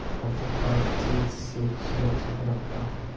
फसल का चीज से सुरक्षित रहता है?